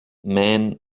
men